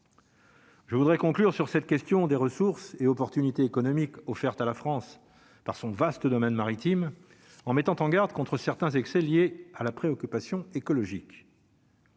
Je voudrais conclure sur cette question des ressources et opportunités économiques offertes à la France par son vaste domaine maritime en mettant en garde contre certains excès liés à la préoccupation écologique.